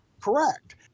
Correct